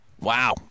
Wow